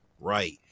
right